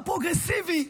הפרוגרסיבי,